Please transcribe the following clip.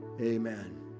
Amen